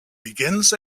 begins